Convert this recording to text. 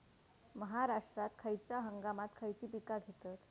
महाराष्ट्रात खयच्या हंगामांत खयची पीका घेतत?